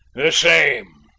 the same,